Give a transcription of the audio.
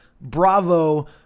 Bravo